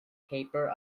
paper